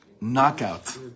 knockout